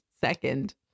second